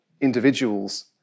individuals